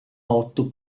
otto